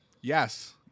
Yes